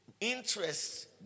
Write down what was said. interests